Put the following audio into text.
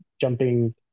jumping